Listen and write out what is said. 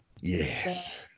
yes